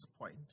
point